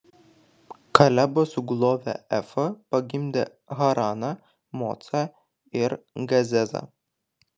kalebo sugulovė efa pagimdė haraną mocą ir gazezą